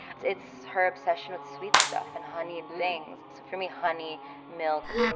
it's it's her obsession with sweet stuff and honeyed things. so for me, honey milk,